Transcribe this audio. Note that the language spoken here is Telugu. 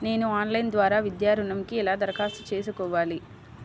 నేను ఆన్లైన్ ద్వారా విద్యా ఋణంకి ఎలా దరఖాస్తు చేసుకోవాలి?